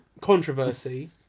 controversy